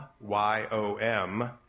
Y-O-M